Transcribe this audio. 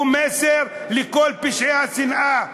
הוא מסר לכל המבצעים פשעי השנאה: